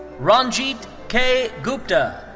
ranjeet k. gupta.